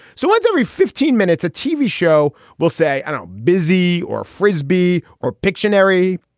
so once every fifteen minutes, a tv show will say, and i'm busy or frisbee or pictionary,